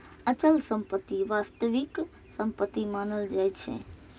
अचल संपत्ति वास्तविक संपत्ति मानल जाइ छै